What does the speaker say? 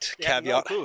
caveat